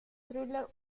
thriller